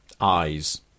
eyes